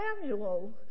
Samuel